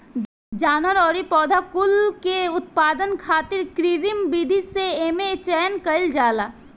जानवर अउरी पौधा कुल के उत्पादन खातिर कृत्रिम विधि से एमे चयन कईल जाला